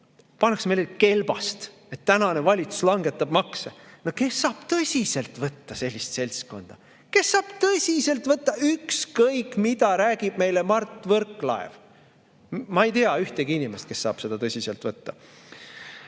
pannakse meile kelbast, et valitsus langetab makse. Kes saab tõsiselt võtta sellist seltskonda? Kes saab tõsiselt võtta, ükskõik, mida räägib meile Mart Võrklaev? Ma ei tea ühtegi inimest, kes saab seda tõsiselt võtta.